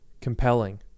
Compelling